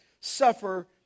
suffer